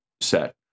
set